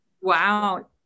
Wow